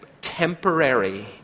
temporary